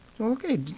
Okay